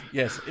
yes